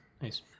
Nice